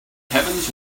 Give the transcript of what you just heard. heavens